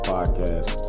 Podcast